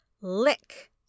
Lick